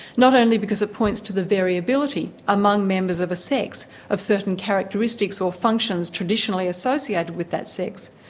not only because it points to the variability among members of a sex, of certain characteristics or functions traditionally associated with that sex,